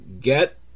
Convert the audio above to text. Get